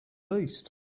least